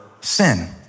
sin